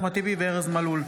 אחמד טיבי וארז מלול.